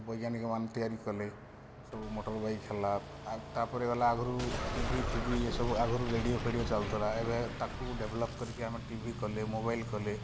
ବୈଜ୍ଞାନିକ ମାନେ ତିଆରି କଲେ ସବୁ ମୋଟର୍ ବାଇକ୍ ହେଲା ତ ପରେ ଗଲା ଆଗରୁ ଟିଭି ଫିବି ଏସବୁ ଆଗରୁ ରେଡ଼ିଓ ଫେଡ଼ିଓ ଚାଲୁଥିଲା ଏବେ ତାକୁ ଡେଭଲୋପ୍ କରିକି ଆମେ ଟି ଭି କଲେ ମୋବାଇଲ କଲେ ହାତ ହାତରେ